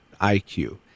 IQ